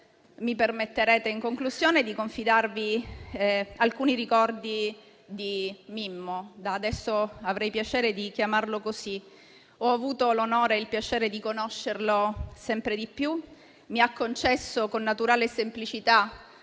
mi permetterete, in conclusione, di confidarvi alcuni ricordi di Mimmo (da adesso avrei piacere di chiamarlo così). Ho avuto l'onore e il piacere di conoscerlo sempre di più, mi ha concesso con naturale semplicità